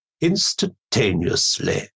instantaneously